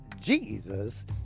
Jesus